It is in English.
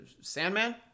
Sandman